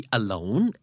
alone